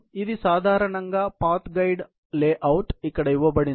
ఇది సాధారణ path guide layout ఇక్కడ ఇవ్వబడింది